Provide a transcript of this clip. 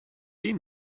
been